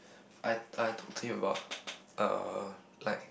I I talk to him about uh like